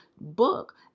book